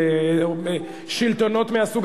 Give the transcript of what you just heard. זהבה, הוא עוד לא הורשע.